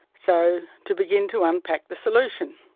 so, to begin to unpack the solution.